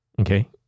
Okay